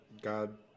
God